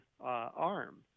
arm